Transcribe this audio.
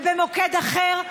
ובמוקד אחר,